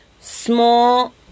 Small